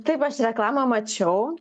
taip aš reklamą mačiau